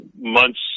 months